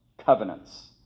covenants